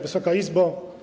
Wysoka Izbo!